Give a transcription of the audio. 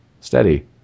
steady